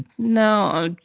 no,